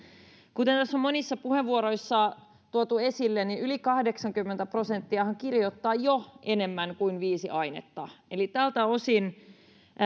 kuten tässä on monissa puheenvuoroissa tuotu esille yli kahdeksankymmenen prosenttiahan kirjoittaa jo enemmän kuin viisi ainetta eli tältä osin